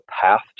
path